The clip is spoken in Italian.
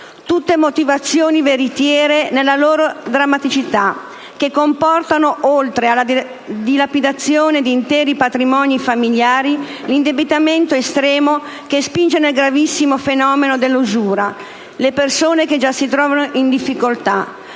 Tutte motivazioni veritiere nella loro drammaticità, che comportano oltre alla dilapidazione di interi patrimoni familiari, l'indebitamento estremo che spinge nel gravissimo fenomeno dell'usura le persone che già si trovano in difficoltà,